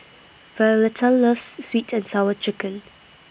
Violeta loves Sweet and Sour Chicken